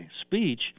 speech